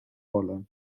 wolle